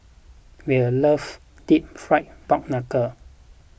will loves Deep Fried Pork Knuckle